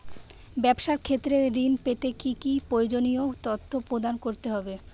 ব্যাবসা ক্ষেত্রে ঋণ পেতে কি কি প্রয়োজনীয় তথ্য প্রদান করতে হবে?